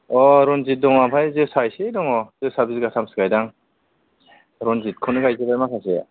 औ रनजित दङ ओमफ्राय जोसा एसे दङ जोसा बिगाथामसो गायदों आं रनजितखौनो गायजोबबाय माखासे